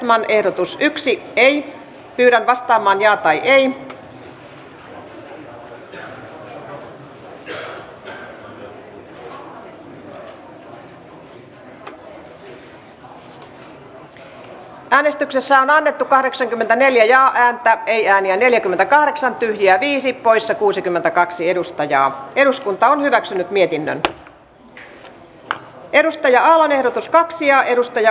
eduskunta edellyttää että metsähallituksen johtamisjärjestelmän uudistaminen on tehtävä niin ettei vesi ja maa alueita siirretä pois julkisten hallintotehtävien taseesta julkisten hallintotehtävien hoitaminen itsenäisesti turvataan eivätkä luonnon monimuotoisuus suojelu ja retkeily ja virkistysintressit vaarannu